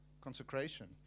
Consecration